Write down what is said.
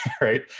right